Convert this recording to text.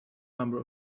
number